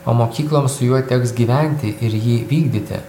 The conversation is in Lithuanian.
o mokykloms su juo ir teks gyventi ir jį vykdyti